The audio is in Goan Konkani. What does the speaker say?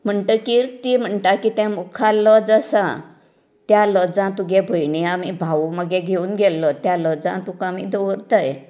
म्हणटकीर ती म्हणटा कितें मुखार लॉज आसा त्या लॉजांत तुगें भयणीक आमी भाऊ मागे घेवन गेल्लो त्या लॉजांत तुकां आमी दवरताय